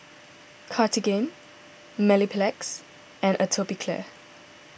Cartigain Mepilex and Atopiclair